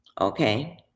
Okay